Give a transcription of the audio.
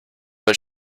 but